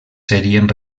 serien